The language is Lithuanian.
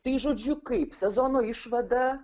tai žodžiu kaip sezono išvada